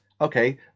okay